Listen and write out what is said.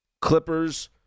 Clippers